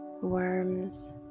worms